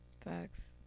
facts